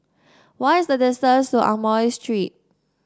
what is the distance to Amoy Street